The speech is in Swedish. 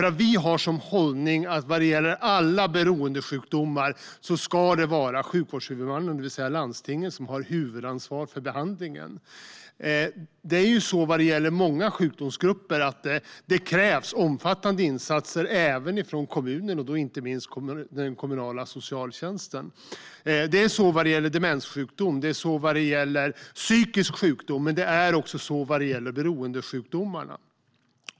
Vi har nämligen som hållning, vad gäller alla beroendesjukdomar, att det ska vara sjukvårdshuvudmannen, det vill säga landstinget, som har huvudansvar för behandlingen. För många sjukdomsgrupper krävs det omfattande insatser även från kommunen, inte minst den kommunala socialtjänsten. Det gäller för demenssjukdom, för psykisk sjukdom men också för beroendesjukdomarna.